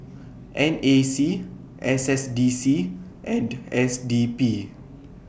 N A C S S D C and S D P